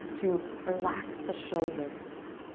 to relax the shoulders.